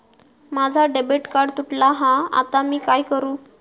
माझा debit card तुटला हा आता मी काय करू?